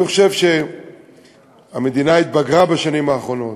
אני חושב שהמדינה התבגרה בשנים האחרונות,